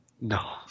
No